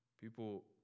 people